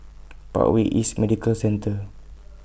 Parkway East Medical Centre